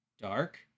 dark